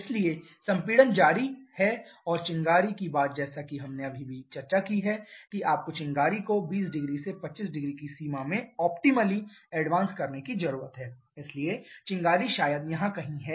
इसलिए संपीड़न जारी है और चिंगारी की बात जैसा कि हमने अभी चर्चा की है कि आपको चिंगारी को 200 से 250 की सीमा में ऑप्टिमली एडवांस करने की जरूरत है इसलिए चिंगारी शायद यहां कहीं है